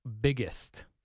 biggest